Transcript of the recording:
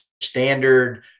standard